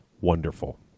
wonderful